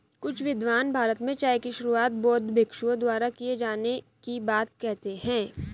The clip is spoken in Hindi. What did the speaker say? कुछ विद्वान भारत में चाय की शुरुआत बौद्ध भिक्षुओं द्वारा किए जाने की बात कहते हैं